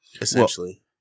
essentially